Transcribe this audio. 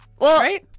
right